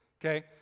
okay